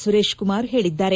ಸುರೇಶ್ಕುಮಾರ್ ಹೇಳಿದ್ದಾರೆ